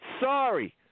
sorry